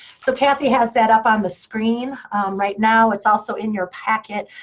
so cathy has that up on the screen right now. it's also in your packet.